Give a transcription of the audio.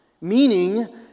Meaning